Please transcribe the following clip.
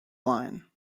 line